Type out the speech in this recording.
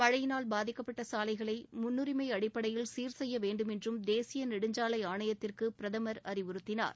மழையினால் பாதிக்கப்பட்ட சாலைகளை முன்னுரிமை அடிப்படையில் சீர் செய்ய வேண்டும் என்றும் தேசிய நெடுஞ்சாலை ஆணையத்திற்கு பிரதமர் அறிவுறுத்தினார்